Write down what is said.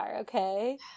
okay